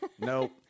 Nope